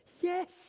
Yes